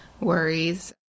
worries